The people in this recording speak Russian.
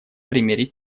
примере